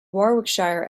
warwickshire